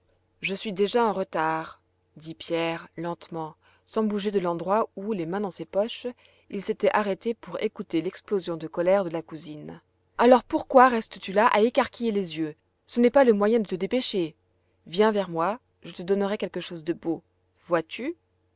je suis déjà en retard dit pierre lentement sans bouger de l'endroit où les mains dans ses poches il s'était arrêté pour écouter l'explosion de colère de la cousine alors pourquoi restes tu là à écarquiller les yeux ce n'est pas le moyen de te dépêcher viens vers moi je te donnerai quelque chose de beau vois-tu